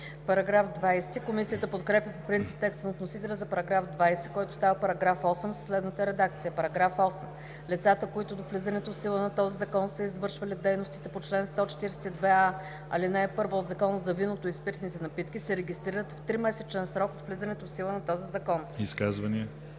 Параграф 20. Комисията подкрепя по принцип текста на вносителя за § 20, който става § 8 със следната редакция: „§ 8. Лицата, които до влизането в сила на този Закон са извършвали дейностите по чл. 142а, ал. 1 от Закона за виното и спиртните напитки, се регистрират в тримесечен срок от влизането в сила на този Закон.“